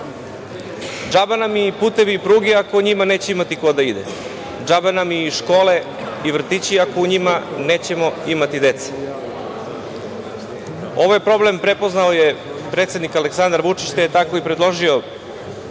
nam i putevi i pruge ako njima neće imati ko da ide. Džaba nam i škole i vrtići ako u njima nećemo imati dece. Ovaj problem prepoznao je predsednik Aleksandar Vučić, te je tako i predložio